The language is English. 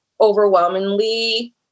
overwhelmingly